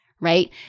right